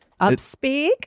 Upspeak